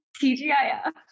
T-G-I-F